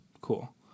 cool